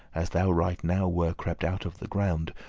as thou right now were crept out of the ground,